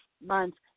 months